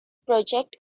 project